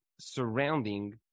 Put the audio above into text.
surrounding